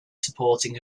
supporting